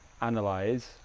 analyze